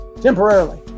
Temporarily